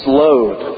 load